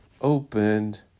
opened